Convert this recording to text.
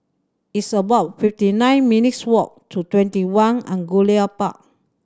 it's about fifty nine minutes' walk to TwentyOne Angullia Park